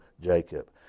Jacob